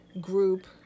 group